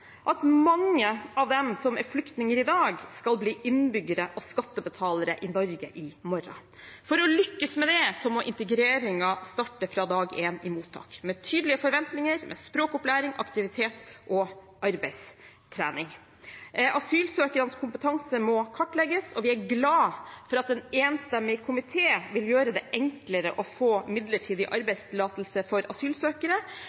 at mange av dem som er flyktninger i dag, skal bli innbyggere og skattebetalere i Norge i morgen. For å lykkes med det må integreringen starte fra dag én i mottak, med tydelige forventninger, språkopplæring, aktivitet og arbeidstrening. Asylsøkernes kompetanse må kartlegges, og vi er glad for at en enstemmig komité vil gjøre det enklere å få midlertidig arbeidstillatelse for asylsøkere.